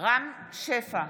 רם שפע,